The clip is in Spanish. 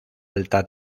alta